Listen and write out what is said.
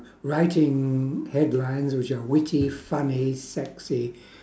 writing headlines which are witty funny sexy